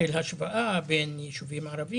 יש להן שחיקה של השכר ותנאי תעסוקה לא